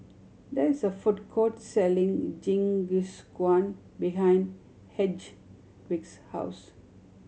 there is a food court selling Jingisukan behind Hedwig's house